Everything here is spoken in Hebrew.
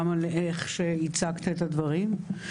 גם על איך שהצגת את הדברים.